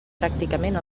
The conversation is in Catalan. pràcticament